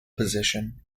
position